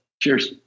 Cheers